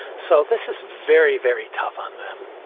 so this is very, very tough on them